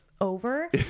over